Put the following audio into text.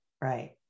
Right